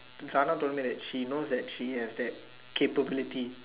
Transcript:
Sarah told me that she knows that she has that capability